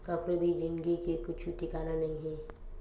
कखरो भी जिनगी के कुछु ठिकाना नइ हे